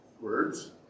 words